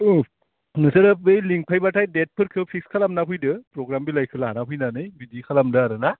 औ नोंसोरो बै लेंफैबाथाय देटफोरखौ फिक्स खालामना फैदो प्रग्राम बिलायखौ लाना फैनानै बिदि खालामदो आरो ना